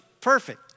perfect